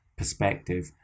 perspective